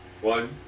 One